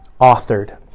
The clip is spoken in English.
authored